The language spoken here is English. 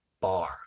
bar